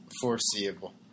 foreseeable